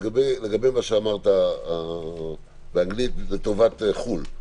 לגבי מה שאמרת באנגלית, לטובת חו"ל.